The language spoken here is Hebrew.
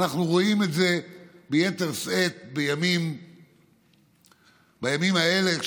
אנחנו רואים את זה ביתר שאת בימים האלה,